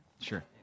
Sure